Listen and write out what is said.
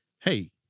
hey